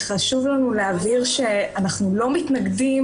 חשוב לנו להבהיר שאנחנו לא מתנגדים